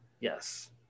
Yes